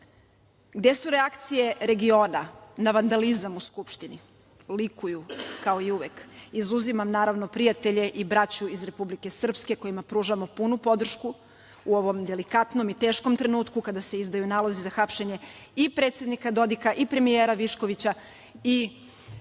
su reakcije regiona na vandalizam u Skupštini, likuju kao i uvek, izuzimam naravno prijatelje i braću iz Republike Srpske kojima pružamo punu podršku u ovom delikatnom i teškom trenutku kada se izdaju nalozi za hapšenje i predsednika Dodika i premijera Viškovića i